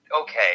okay